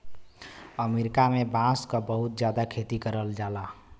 अमरीका में बांस क बहुत जादा खेती करल जाला